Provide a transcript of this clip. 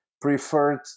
preferred